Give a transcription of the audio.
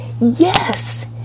yes